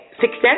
success